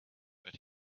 but